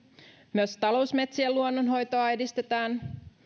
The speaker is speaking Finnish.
myös talousmetsien luonnonhoitoa edistetään